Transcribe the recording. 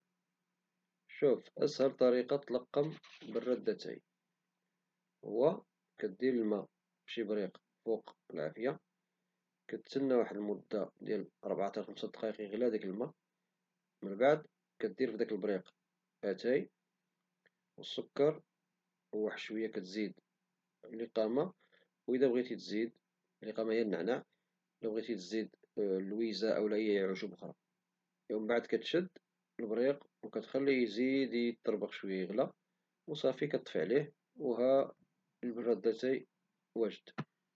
شوف أسهل طريقة تلقم براد د أتاي، كدير الماء فشي بريق فوق العافية كتستنا واحد المدة ديال ربعة حتى لخمسة دقايق باش يغلي ديك الماء من بعد كدير فداك البريق أتاي والسكر وواحد الشوية كتزيد ليقامة (النعناع) وإذا بغيتي زيد اللويزة أو أي عشوب أخرى ومن بعد كتشد البريق وكتخليه يزيد يطبخ - يغلي مزيان وصافي كتطفي عليه وها البراد واجد.